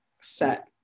set